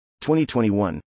2021